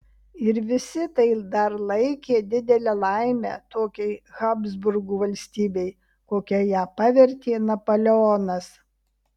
ir visi tai dar laikė didele laime tokiai habsburgų valstybei kokia ją pavertė napoleonas